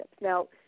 Now